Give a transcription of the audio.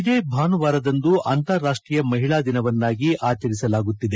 ಇದೇ ಭಾನುವಾರದಂದು ಅಂತರಾಷ್ಟೀಯ ಮಹಿಳಾ ದಿನವನ್ನಾಗಿ ಆಚರಿಸಲಾಗುತ್ತಿದೆ